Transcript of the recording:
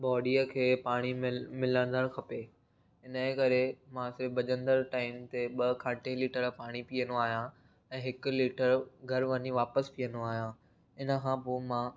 बॉडीअ खे पाणी मिलंदड़ खपे इनजे करे मां सिर्फ़ु भॼंदड़ टाइम ते ॿ खां टे लीटर पाणी पीअंदो आहियां ऐं हिकु लीटर घरु वञी वापसि पीअंदो आहियां इनखां पोइ मां